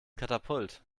katapult